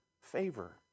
favor